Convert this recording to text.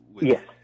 Yes